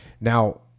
Now